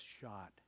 shot